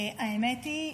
האמת היא,